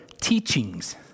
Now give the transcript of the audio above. teachings